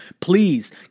Please